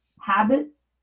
habits